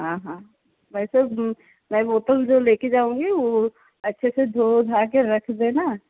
हाँ हाँ वैसे मैं बोतल जो लेकर जाऊँगी वह अच्छे से धो धाकर रख देना